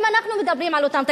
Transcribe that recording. אם אנחנו מדברים על אותם תקציבים,